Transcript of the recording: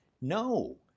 No